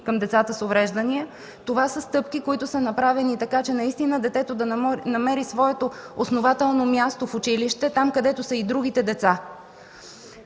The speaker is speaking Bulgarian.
към децата с увреждания това са стъпки, направени така, че наистина детето да намери своето основателно място в училище, където са и другите деца.